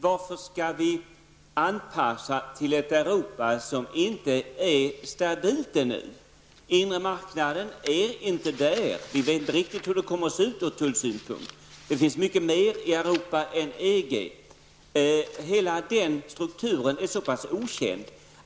Varför skall vi anpassa oss till ett Europa som inte är stabilt ännu? Den inre marknaden finns inte. Vi vet inte riktigt hur det kommer att se ut ur tullsynpunkt. Det finns mycket mer i Europa än EG. Hela den strukturen är så pass okänd.